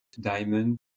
Diamond